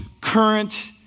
current